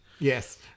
Yes